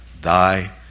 thy